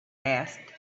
asked